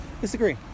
Disagree